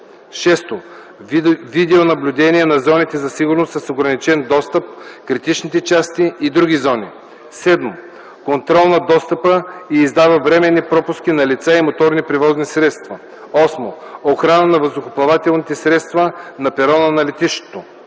6. видеонаблюдение на зоните за сигурност с ограничен достъп, критичните части и други зони; 7. контрол на достъпа и издава временни пропуски на лица и моторни превозни средства; 8. охрана на въздухоплавателните средства на перона на летището.